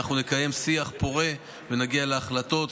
אנחנו נקיים שיח פורה ונגיע להחלטות.